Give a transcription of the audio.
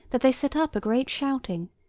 that they set up a great shouting,